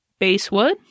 basewood